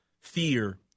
fear